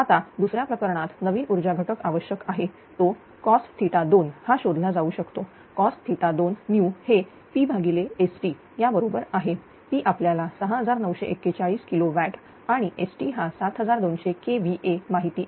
आता दुसऱ्या प्रकरणात नवीन ऊर्जा घटक आवश्यक आहे तोcos2 हा शोधला जाऊ शकतोcos2new हे PST या बरोबर आहेP आपल्याला 6941 किलो वॅट आणि ST हा7200 kVA माहिती आहे